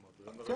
כן.